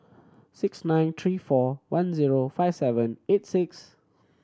six nine three four one zero five seven eight six